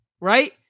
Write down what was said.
right